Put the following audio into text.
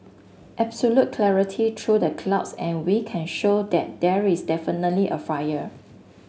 absolute clarity through the clouds and we can show that there is definitely a fire